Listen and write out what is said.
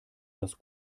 dass